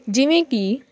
ਜਿਵੇਂ ਕਿ